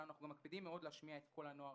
אנחנו מקפידים להשמיע את קול הנוער